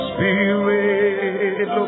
Spirit